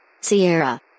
Sierra